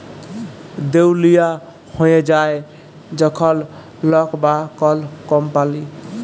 দেউলিয়া হঁয়ে যায় যখল লক বা কল কম্পালি